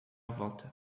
volta